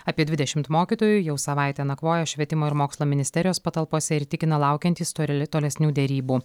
apie dvidešimt mokytojų jau savaitę nakvoja švietimo ir mokslo ministerijos patalpose ir tikina laukiantys toli tolesnių derybų